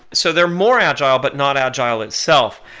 so they're more agile, but not agile itself.